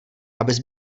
abys